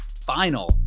final